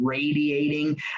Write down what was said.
Radiating